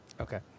Okay